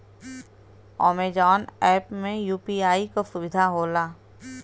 Amazon app में UPI क सुविधा होला